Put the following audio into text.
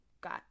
got